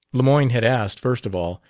lemoyne had asked, first of all,